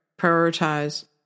prioritize